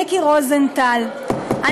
מיקי רוזנטל,